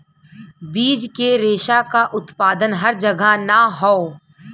बीज के रेशा क उत्पादन हर जगह ना हौ